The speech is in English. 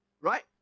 right